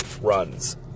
runs